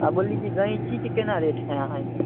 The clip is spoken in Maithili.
आ बोलली कि गैञ्चीके केना रेट हय अहाँ